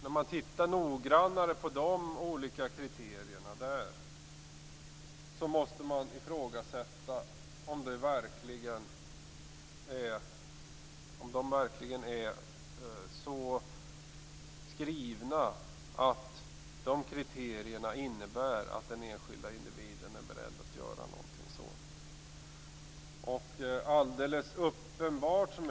Om man tittar noggrannare på de olika kriterierna där måste man ifrågasätta om de verkligen är så skrivna att de innebär att den enskilde individen är beredd att göra någonting sådant här.